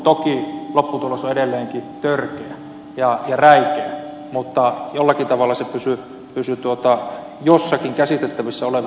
toki lopputulos on edelleenkin törkeä ja räikeä mutta jollakin tavalla se pysyi jossakin käsitettävässä olevassa suhteessa